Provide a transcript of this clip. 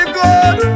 good